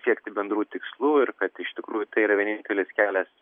siekti bendrų tikslų ir kad iš tikrųjų tai yra vienintelis kelias